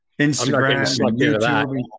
Instagram